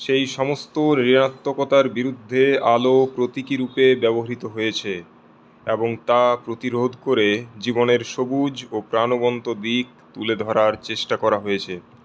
সেই সমস্ত ঋণাত্বকতার বিরুদ্ধে আলোর প্রতীকী রূপে ব্যবহৃত হয়েছে এবং তা প্রতিরোধ করে জীবনের সবুজ ও প্রাণবন্ত দিক তুলে ধরার চেষ্টা করা হয়েছে